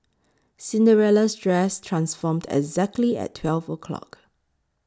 Cinderella's dress transformed exactly at twelve o'clock